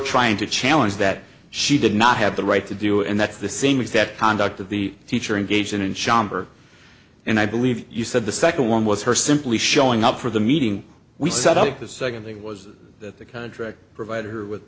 trying to challenge that she did not have the right to do and that's the same with that conduct of the teacher in gaijin in schomberg and i believe you said the second one was her simply showing up for the meeting we set up the second thing was that the contract provided her with